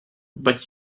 but